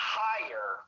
higher